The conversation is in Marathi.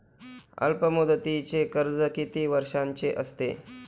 अल्पमुदतीचे कर्ज किती वर्षांचे असते?